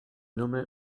nome